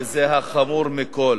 וזה החמור מכול.